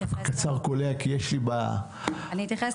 אני אתייחס